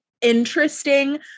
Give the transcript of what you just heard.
interesting